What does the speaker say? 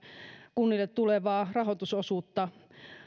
kunnille tulevaa rahoitusosuutta